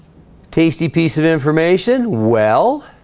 tasty piece of information well